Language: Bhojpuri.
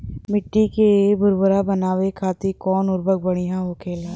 मिट्टी के भूरभूरा बनावे खातिर कवन उर्वरक भड़िया होखेला?